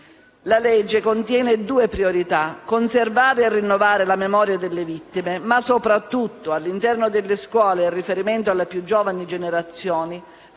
La legge contiene due priorità: conservare e rinnovare la memoria delle vittime e - soprattutto - all'interno delle scuole e in riferimento alle più giovani generazioni,